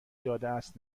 دادهاست